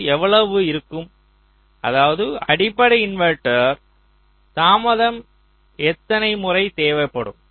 அது எவ்வளவு இருக்கும் அதாவது அடிப்படை இன்வெர்ட்டர் தாமதம் எத்தனை முறை தேவைப்படும்